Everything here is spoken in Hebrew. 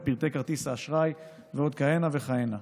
את פרטי כרטיס האשראי ועוד כהנה וכהנה.